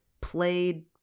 played